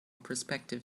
prospective